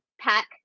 pack